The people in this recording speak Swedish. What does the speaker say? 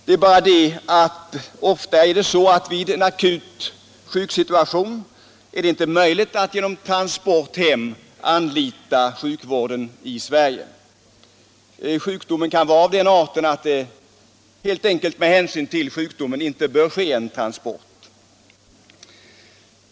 Det är dock ofta så att det vid akut sjukdomstillstånd inte är möjligt att genom transport hem anlita sjukvården i Sverige. Sjukdomen kan vara av den arten att det med hänsyn till detta inte bör ske någon transport.